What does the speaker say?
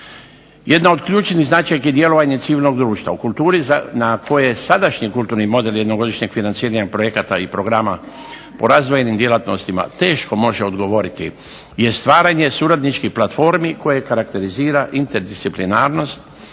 Jedna od ključnih značajki djelovanja civilnog društva u kulturi na koje sadašnji kulturni model jednogodišnjeg financiranja projekata i programa u razvojnim djelatnostima teško može odgovoriti je stvaranje suradničkih platformi koje karakterizira interdisciplinarnost